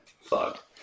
fuck